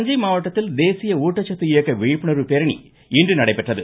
தஞ்சை மாவட்டத்தில் தேசிய ஊட்டச்சத்து இயக்க விழிப்புணர்வு பேரணி இன்று நடைபெற்றது